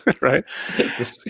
right